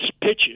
pitches